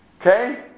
Okay